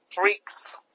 freaks